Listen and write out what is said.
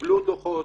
קיבלו דוחות,